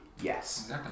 Yes